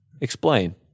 Explain